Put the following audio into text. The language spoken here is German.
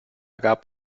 gab